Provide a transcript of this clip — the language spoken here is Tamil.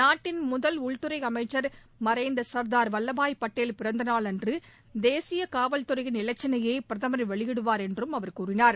நாட்டின் முதல் உள்துறை அமைச்சர் மறைந்த சர்தார் வல்லபாய் படேல் பிறந்தநாளன்று தேசிய காவல்துறையின் இலச்சினையை பிரதமர் வெளியிடுவார் என்றும் அவர் கூறினார்